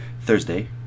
Thursday